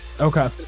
Okay